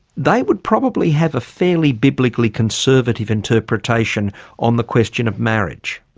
they would probably have a fairly biblically conservative interpretation on the question of marriage.